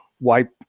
wipe